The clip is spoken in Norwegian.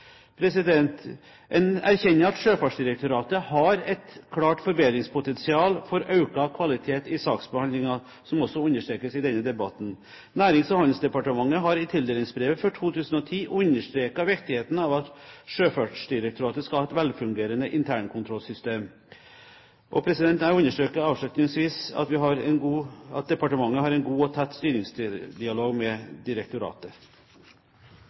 erkjenner at Sjøfartsdirektoratet har et klart forbedringspotensial for økt kvalitet i saksbehandlingen, som også understrekes i denne debatten. Nærings- og handelsdepartementet har i tildelingsbrevet for 2010 understreket viktigheten av at Sjøfartsdirektoratet skal ha et velfungerende internkontrollsystem. Jeg understreker avslutningsvis at departementet har en god og tett styringsdialog med direktoratet.